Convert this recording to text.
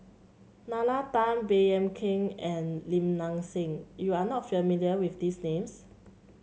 Nalla Tan Baey Yam Keng and Lim Nang Seng you are not familiar with these names